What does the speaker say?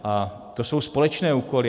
A to jsou společné úkoly.